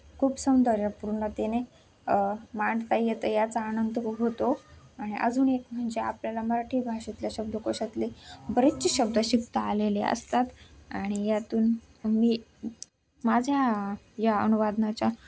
खूप सौंदर्यपूर्णतेने मांडता येतं याचा आनंद होतो आणि अजून एक म्हणजे आपल्याला मराठी भाषेतल्या शब्दकोशातले बरेचसे शब्द शिकता आलेले असतात आणि यातून मी माझ्या या अनुवादनाच्या